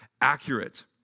accurate